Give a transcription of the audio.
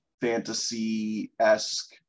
fantasy-esque